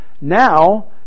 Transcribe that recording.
Now